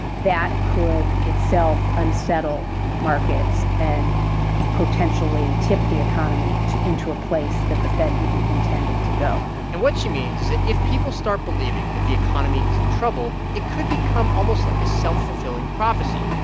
that could itself unsettle markets and potentially tip the economy into a place that the fed didn't intend it to go and what she means is that if people start believing that the economy is in trouble, it could become almost like a self-fulfilling prophecy.